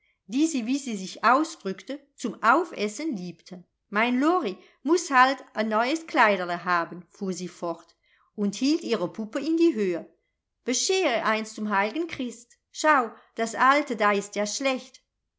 sie wie sie sich ausdrückte zum aufessen liebte mein lori muß halt a neues kleiderl haben fuhr sie fort und hielt ihre puppe in die höhe bescher ihr eins zum heil'gen christ schau das alte da ist ja schlecht